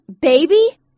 baby